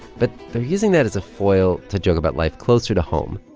but they're using that as a foil to joke about life closer to home.